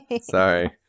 Sorry